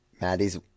Maddie's